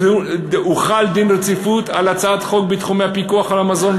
הוחל דין רציפות על הצעות חוק בתחומי הפיקוח על המזון,